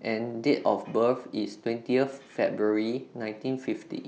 and Date of birth IS twentieth February nineteen fifty